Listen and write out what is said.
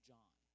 John